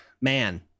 Man